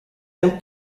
ein